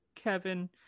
Kevin